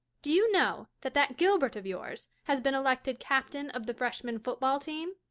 do you know that that gilbert of yours has been elected captain of the freshman football team?